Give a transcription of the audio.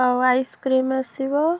ଆଉ ଆଇସକ୍ରିମ୍ ଆସିବ